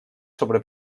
sobre